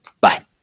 Bye